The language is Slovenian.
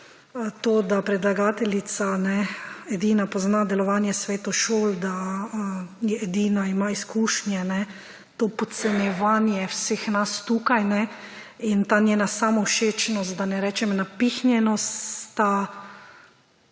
to, da predlagateljica edina pozna delovanje svetov šol, da je edina, ima izkušnje, to podcenjevanje vseh nas tukaj in ta njena samovšečnost, da ne rečem napihnjenost, sta